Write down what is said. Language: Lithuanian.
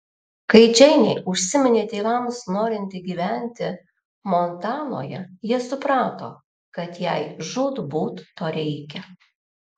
kai džeinė užsiminė tėvams norinti gyventi montanoje jie suprato kad jai žūtbūt to reikia